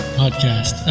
podcast